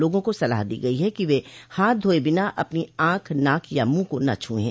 लोगों को सलाह दी गई है कि वे हाथ धोये बिना अपनी आंख नाक या मुंह को न छुएं